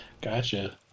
gotcha